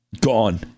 gone